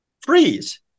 freeze